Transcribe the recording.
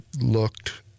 looked